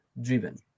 driven